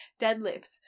deadlifts